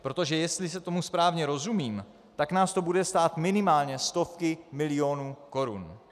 Protože jestli tomu správně rozumím, tak nás to bude stát minimálně stovky milionů korun.